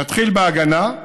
נתחיל בהגנה,